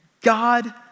God